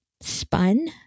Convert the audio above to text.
spun